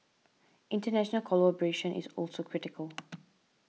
international collaboration is also critical